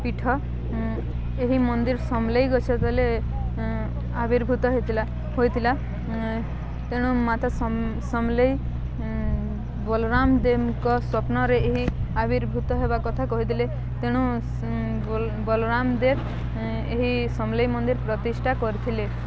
ପୀଠ ଏହି ମନ୍ଦିର ସମଲେଇ ଗଛ ତଲେ ଆବିର୍ଭୂତ ହେଇଥିଲା ହୋଇଥିଲା ତେଣୁ ମାତା ସମଲେଇ ବଲରାମ ଦେେବଙ୍କ ସ୍ଵପ୍ନରେ ଏହି ଆବିର୍ଭୂତ ହେବା କଥା କହିଦେଲେ ତେଣୁ ବଲରାମଦେବ ଏହି ସମଲେଇ ମନ୍ଦିର ପ୍ରତିଷ୍ଠା କରିଥିଲେ